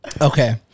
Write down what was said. okay